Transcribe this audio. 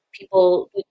people